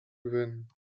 gewinnen